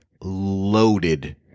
loaded